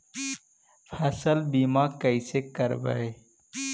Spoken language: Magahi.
फसल बीमा कैसे करबइ?